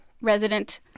resident